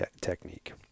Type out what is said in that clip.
technique